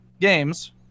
games